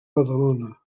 badalona